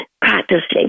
practicing